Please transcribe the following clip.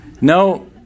No